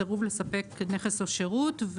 סירוב לספק נכס או שירות,